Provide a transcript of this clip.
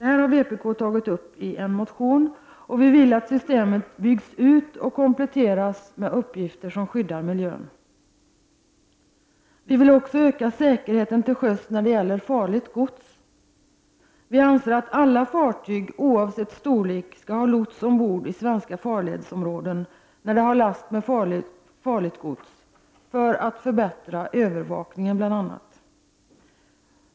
Vpk, som har tagit upp detta i en motion, vill att systemet byggs ut och kompletteras med uppgifter som skyddar miljön. Vi vill också öka säkerheten till sjöss vad gäller farligt gods. Vi anser att alla fartyg, oavsett storlek, skall ha lots ombord i svenska farledsområden när de har last med farligt gods. Skälet är bl.a. att övervakningen behöver förbättras.